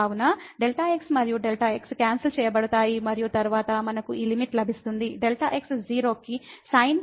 కాబట్టి Δx మరియు Δx cancel చేయబడతాయి మరియు తరువాత మనకు ఈ లిమిట్ లభిస్తుంది Δx 0 కి sin1Δ x మరియు Δx 0 కి చేరుకుంటుంది